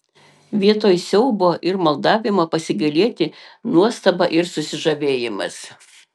vietoj siaubo ir maldavimo pasigailėti nuostaba ir susižavėjimas